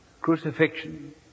crucifixion